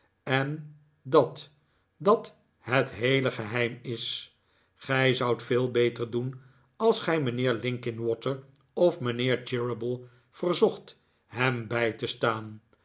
en dat dat het heele geheim is gij zoudt veel beter doen als gij mijnheer linkinwater of mijnheer cheeryble verzocht hem bij te staan